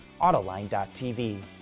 autoline.tv